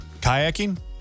Kayaking